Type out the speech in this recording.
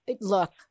Look